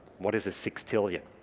what is a sixty lien?